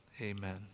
amen